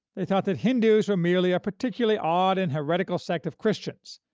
they thought that hindus were merely a particularly odd and heretical sect of christians,